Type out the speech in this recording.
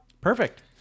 Perfect